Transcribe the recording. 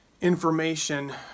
information